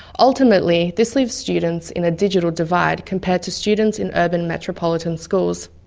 ultimately, this leaves students in a digital divide compared to students in urban metropolitan schools.